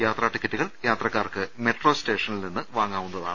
യാത്രാടി ക്കറ്റുകൾ യാത്രക്കാർക്ക് മെട്രോസ്റ്റേഷനിൽ നിന്ന് വാങ്ങാ വുന്നതാണ്